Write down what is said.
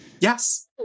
Yes